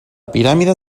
piràmide